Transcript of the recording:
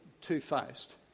two-faced